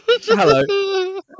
Hello